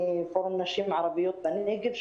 היא פורום נשים ערביות בנגב,